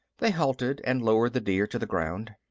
they halted and lowered the deer to the ground.